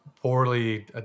poorly